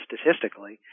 statistically